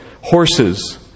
Horses